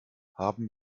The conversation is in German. haben